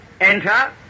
enter